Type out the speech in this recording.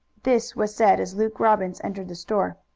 this was said as luke robbins entered the store.